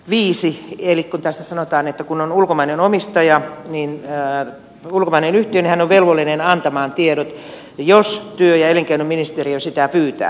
eli kun tässä sanotaan että kun on ulkomainen omistaja ulkomainen yhtiö niin se on velvollinen antamaan tiedot jos työ ja elinkeinoministeriö sitä pyytää